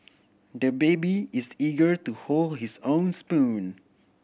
the baby is eager to hold his own spoon